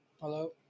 Hello